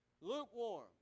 Lukewarm